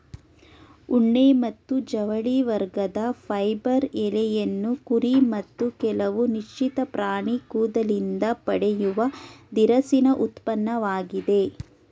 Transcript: ಉಣ್ಣೆ ಒಂದು ಜವಳಿ ವರ್ಗದ ಫೈಬರ್ ಎಳೆಯನ್ನು ಕುರಿ ಮತ್ತು ಕೆಲವು ನಿಶ್ಚಿತ ಪ್ರಾಣಿ ಕೂದಲಿಂದ ಪಡೆಯುವ ದಿರಸಿನ ಉತ್ಪನ್ನವಾಗಿದೆ